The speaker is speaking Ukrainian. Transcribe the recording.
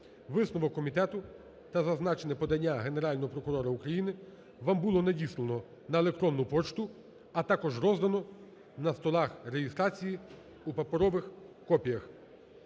Висновок комітету та зазначене подання Генерального прокурора вам було надіслано на електрону пошту, а також роздано на столах реєстрації у паперових копіях.